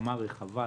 הסכמה רחבה.